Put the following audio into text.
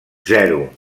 zero